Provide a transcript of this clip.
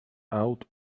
out